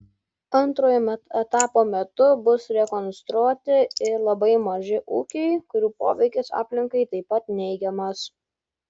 antrojo etapo metu bus rekonstruoti ir labai maži ūkiai kurių poveikis aplinkai taip pat neigiamas